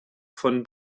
von